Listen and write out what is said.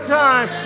time